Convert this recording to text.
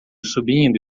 subindo